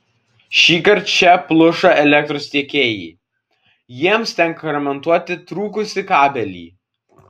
šįkart čia pluša elektros tiekėjai jiems tenka remontuoti trūkusį kabelį